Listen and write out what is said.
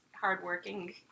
hardworking